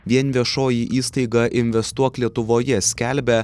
vien viešoji įstaiga investuok lietuvoje skelbia